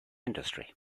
industry